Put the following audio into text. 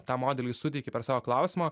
tam modeliui suteiki per savo klausimą